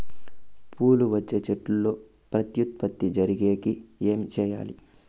పూలు వచ్చే చెట్లల్లో ప్రత్యుత్పత్తి జరిగేకి ఏమి చేయాలి?